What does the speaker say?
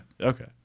okay